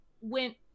went